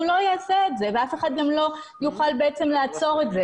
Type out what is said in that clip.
הוא לא יעשה את זה ואף אחד לא יוכל לעצור את זה.